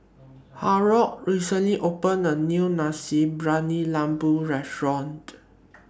Harold recently opened A New Nasi Briyani Lembu Restaurant